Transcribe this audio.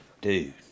Dude